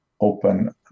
open